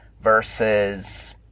versus